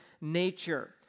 nature